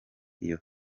iyo